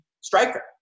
striker